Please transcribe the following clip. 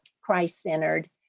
Christ-centered